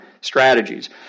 strategies